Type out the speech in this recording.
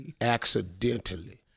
accidentally